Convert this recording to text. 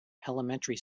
elementary